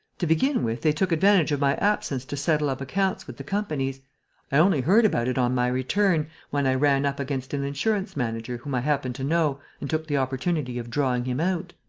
to begin with, they took advantage of my absence to settle up accounts with the companies. i only heard about it on my return when i ran up against an insurance-manager whom i happen to know and took the opportunity of drawing him out.